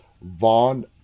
Vaughn